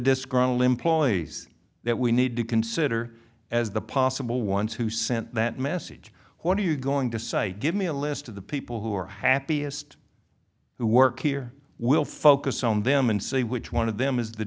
disgruntled employees that we need to consider as the possible ones who sent that message who are you going to cite give me a list of the people who are happiest who work here will focus on them and say which one of them is the